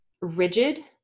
rigid